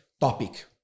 topic